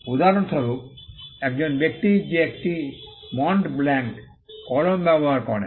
উদাহরণস্বরূপ একজন ব্যক্তি যে একটি মন্ট ব্লাঙ্ক কলম ব্যবহার করেন